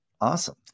Awesome